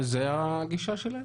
זה הגישה שלהם.